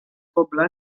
cobla